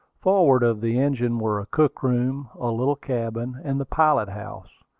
forward of the engine were a cook-room, a little cabin, and the pilot-house,